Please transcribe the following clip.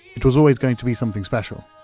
it was always going to be something special.